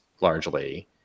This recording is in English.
largely